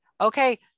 okay